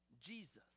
Jesus